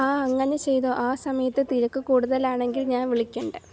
ആ അങ്ങനെ ചെയ്തോ ആ സമയത്ത് തിരക്ക് കൂടുതൽ ആണെങ്കിൽ ഞാൻ വിളിക്കുന്നുണ്ട്